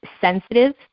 sensitive